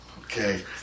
Okay